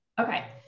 Okay